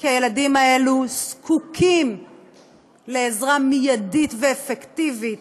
כי הילדים האלה זקוקים לעזרה מיידית ואפקטיבית,